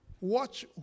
Watch